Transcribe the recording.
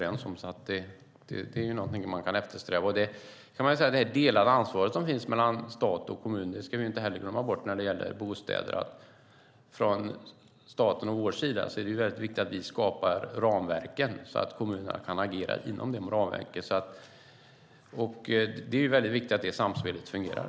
Det är någonting man kan eftersträva. Det delade ansvaret som finns mellan stat och kommuner när det gäller bostäder ska vi inte heller glömma bort. Staten och vi måste skapa ramverk så att kommunerna kan agera inom de ramverken. Det är väldigt viktigt att det samspelet fungerar.